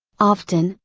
often,